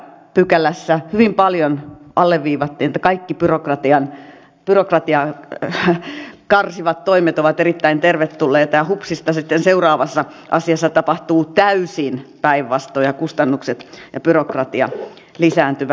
edellisessä pykälässä hyvin paljon alleviivattiin että kaikki byrokratiaa karsivat toimet ovat erittäin tervetulleita ja hupsista sitten seuraavassa asiassa tapahtuu täysin päinvastoin ja kustannukset ja byrokratia lisääntyvät